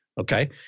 Okay